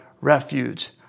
refuge